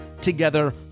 together